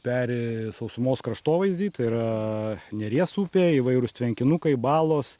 peri sausumos kraštovaizdy tai yra neries upėj įvairūs tvenkinukai balos